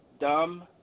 dumb